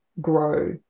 grow